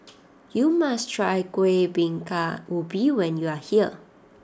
you must try Kuih Bingka Ubi when you are here